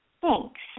Thanks